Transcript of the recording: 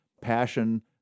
passion